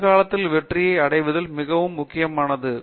எதிர்காலத்தில் வெற்றியை அடைவதில் மிகவும் முக்கியமானது